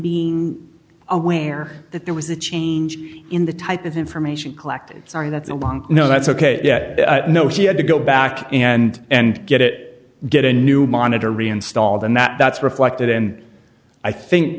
being aware that there was a change in the type of information collected sorry that's a long no that's ok no he had to go back and and get it get a new monitor reinstalled and that that's reflected in i